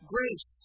Grace